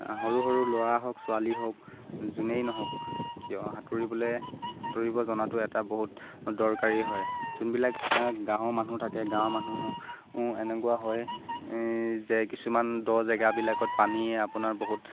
সৰু সৰু ল'ৰা হওক ছোৱালী হওক যোনেই নহওক কিয় সাঁতুৰিবলৈ সাঁতুৰিব জনাটো এটা বহুত দৰকাৰী হয় যোনবিলাক গাঁৱৰ মানুহ থাকে গাঁৱৰ মানুহো এনেকুৱা হয় যে কিছুমান দ জেগাবিলাকত পানীয়ে আপোনাৰ বহুত